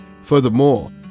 Furthermore